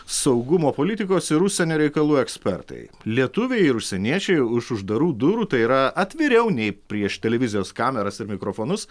saugumo politikos ir užsienio reikalų ekspertai lietuviai ir užsieniečiai už uždarų durų tai yra atviriau nei prieš televizijos kameras ir mikrofonus